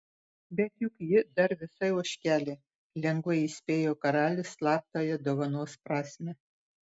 bet juk ji dar visai ožkelė lengvai įspėjo karalius slaptąją dovanos prasmę